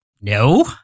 no